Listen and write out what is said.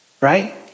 right